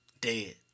Dead